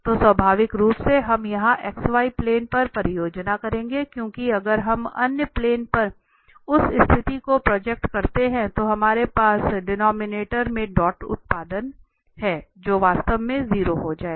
तो स्वाभाविक रूप से हम यहां xy प्लेन पर परियोजना करेंगे क्योंकि अगर हम अन्य प्लेन पर उस स्थिति को प्रोजेक्ट करते हैं जो हमारे पास डिनोमिनेटर में डॉट उत्पाद है जो वास्तव में 0 हो जाएगा